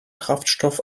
kraftstoff